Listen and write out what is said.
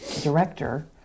director